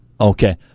Okay